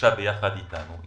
גובשה ביחד איתנו.